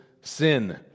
sin